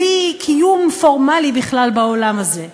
בלי קיום פורמלי בכלל בעולם הזה.